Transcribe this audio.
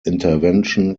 intervention